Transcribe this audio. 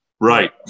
Right